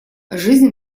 жизнь